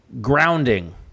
Grounding